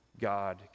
God